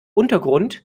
untergrund